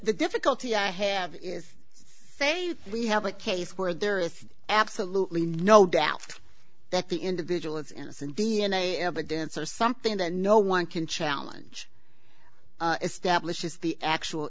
the difficulty i have is faith we have a case where there is absolutely no doubt that the individual is innocent d n a evidence or something that no one can challenge establishes the actual